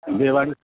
বিয়েবাড়ি